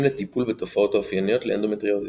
לטיפול בתופעות האופייניות לאנדומטריוזיס.